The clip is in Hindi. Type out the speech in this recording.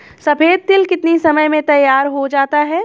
सफेद तिल कितनी समय में तैयार होता जाता है?